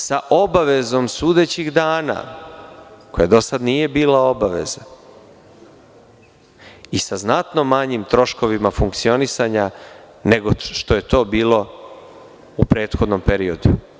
Sa obavezom sudećih dana, koja do sada nije bila obaveza i sa znatno manjim troškovima funkcionisanja, nego što je to bilo u prethodnom periodu.